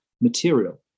material